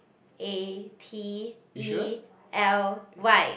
A P E L Y